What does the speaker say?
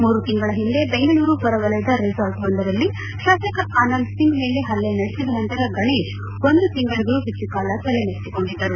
ಮೂರು ತಿಂಗಳ ಹಿಂದೆ ಬೆಂಗಳೂರು ಹೊರವಲಯದ ರೆಸಾರ್ಟ್ ಒಂದರಲ್ಲಿ ಶಾಸಕ ಆನಂದ್ ಸಿಂಗ್ ಮೇಲೆ ಹಲ್ಲೆ ನಡೆಸಿದ ನಂತರ ಗಣೇಶ್ ಒಂದು ತಿಂಗಳಿಗೂ ಹೆಚ್ಚು ಕಾಲ ತಲೆ ಮರೆಸಿಕೊಂಡಿದ್ದರು